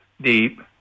deep